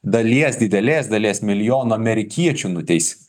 dalies didelės dalies milijono amerikiečių nuteis